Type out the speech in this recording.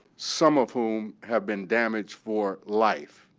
some of whom have been damaged for life.